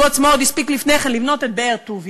שהוא עצמו עוד הספיק לפני כן לבנות את באר-טוביה,